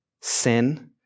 sin